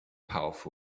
powerful